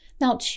Now